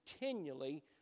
continually